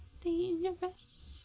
Dangerous